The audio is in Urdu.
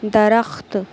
درخت